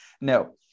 No